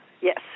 Yes